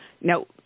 Now